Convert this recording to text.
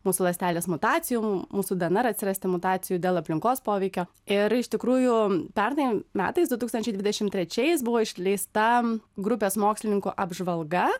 mūsų ląstelės mutacijų mūsų dnr atsirasti mutacijų dėl aplinkos poveikio ir iš tikrųjų pernai metais du tūkstančiai dvidešim trečiais buvo išleista grupės mokslininkų apžvalga